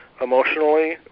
emotionally